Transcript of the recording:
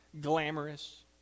glamorous